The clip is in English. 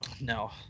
No